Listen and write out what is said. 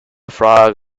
frog